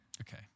Okay